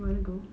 you want to go